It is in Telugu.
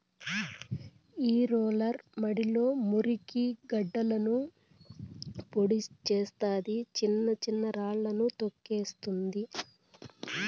ఈ రోలర్ మడిలో మురికి గడ్డలను పొడి చేస్తాది, చిన్న చిన్న రాళ్ళను తోక్కేస్తుంది